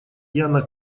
яна